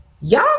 Y'all